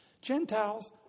Gentiles